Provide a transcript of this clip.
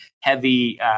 heavy